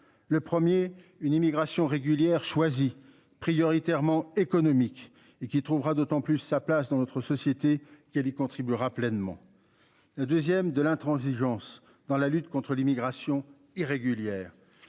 Le premier une immigration régulière choisis prioritairement économique et qui trouvera d'autant plus sa place dans notre société qui elle y contribuera pleinement. La 2ème de l'intransigeance dans la lutte contre l'immigration irrégulière